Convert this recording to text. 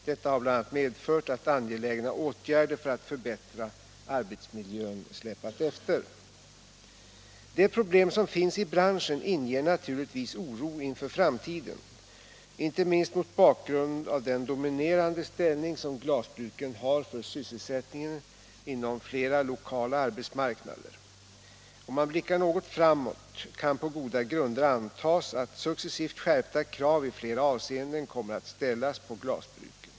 Detta har bl.a. medfört att angelägna åtgärder för att förbättra arbetsmiljön släpat efter. De problem som finns i branschen inger naturligtvis oro inför framtiden, inte minst mot bakgrund av den dominerande ställning som glasbruken har för sysselsättningen inom flera lokala arbetsmarknader. Om man blickar något framåt kan på goda grunder antas att successivt skärpta krav i flera avseenden kommer att ställas på glasbruken.